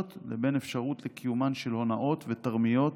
לבין אפשרות לקיומן של הונאות ותרמיות